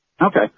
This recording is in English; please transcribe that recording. okay